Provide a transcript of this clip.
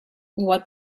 what